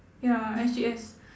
ya S_G_S